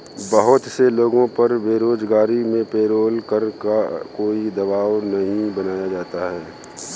बहुत से लोगों पर बेरोजगारी में पेरोल कर का कोई दवाब नहीं बनाया जाता है